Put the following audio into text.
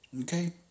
Okay